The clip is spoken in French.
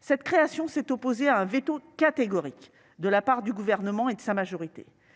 Cette création s'est opposée à un veto catégorique de la part du Gouvernement et de sa majorité.